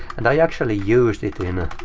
and i actually used it in,